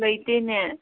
ꯂꯩꯇꯦꯅꯦ